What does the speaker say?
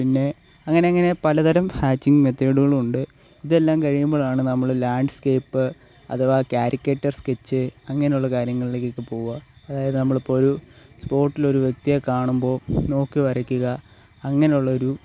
പിന്നെ അങ്ങനെ അങ്ങനെ പലതരം ഹാച്ചിങ് മെത്തേഡുകൾ ഉണ്ട് ഇതെല്ലാം കഴിയുമ്പോളാണ് നമ്മൾ ലാൻഡ് സ്കേപ്പ് അഥവാ കാരികേറ്റർ സ്കെച്ച് അങ്ങനെയുള്ള കാര്യങ്ങളിലേക്കൊക്കെ പോകുക അതായത് നമ്മളിപ്പോൾ ഒരു സ്പോട്ടിൽ ഒരു വ്യക്തിയെ കാണുമ്പോൾ നോക്കി വരക്കുക അങ്ങനെയുള്ള ഒരു